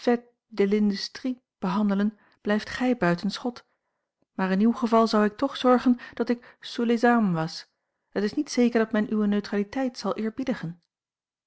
de l'industrie behandelen blijft gij buiten schot maar in uw geval zou ik toch zorgen dat ik sous les armes was het is niet zeker dat men uwe neutraliteit zal